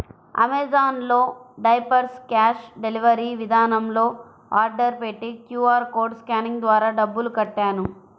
Amazon లో diapers cash delivery విధానంలో order పెట్టి క్యూ.ఆర్ కోడ్ స్కానింగ్ ద్వారా డబ్బులు కట్టాను